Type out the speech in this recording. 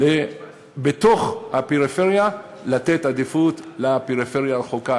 בתוך הפריפריה לתת עדיפות לפריפריה הרחוקה,